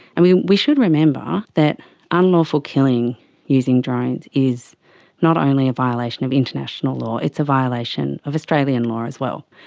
and we we should remember that unlawful killing using drones is not only a violation of international law, it's a violation of australian law as well.